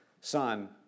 son